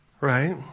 right